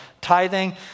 tithing